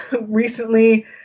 recently